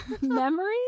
memories